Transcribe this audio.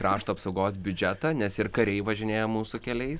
krašto apsaugos biudžetą nes ir kariai važinėja mūsų keliais